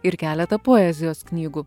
ir keletą poezijos knygų